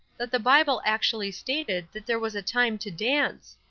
that the bible actually stated that there was a time to dance.